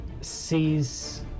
sees